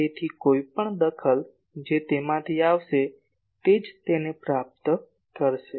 તેથી કોઈપણ દખલ જે તેમાંથી આવશે તે જ તેને પ્રાપ્ત કરશે